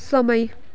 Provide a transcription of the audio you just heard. समय